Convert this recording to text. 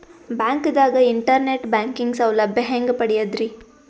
ಬ್ಯಾಂಕ್ದಾಗ internet banking ಸೌಲಭ್ಯ ಹೆಂಗ್ ಪಡಿಯದ್ರಿ?